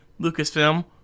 Lucasfilm